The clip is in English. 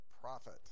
profit